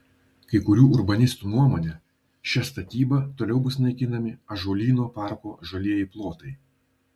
kai kurių urbanistų nuomone šia statyba toliau bus naikinami ąžuolyno parko žalieji plotai